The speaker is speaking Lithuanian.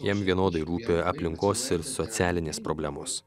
jam vienodai rūpi aplinkos ir socialinės problemos